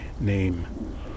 name